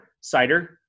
Cider